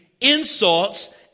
insults